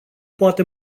poate